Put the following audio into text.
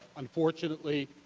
unfortunately,